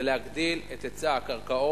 זה להגדיל את היצע הקרקעות,